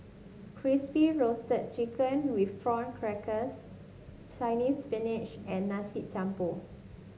Crispy Roasted Chicken with Prawn Crackers Chinese Spinach and Nasi Campur